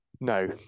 No